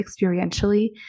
experientially